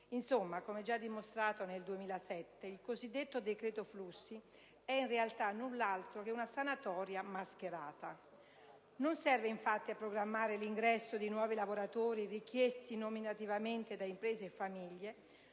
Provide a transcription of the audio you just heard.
Insomma, come già dimostrato nel 2007, il cosiddetto decreto flussi è in realtà null'altro che una sanatoria mascherata: non serve infatti a programmare l'ingresso di nuovi lavoratori richiesti nominativamente da imprese e famiglie,